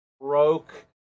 broke